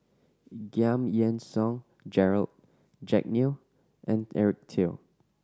Giam Yean Song Gerald Jack Neo and Eric Teo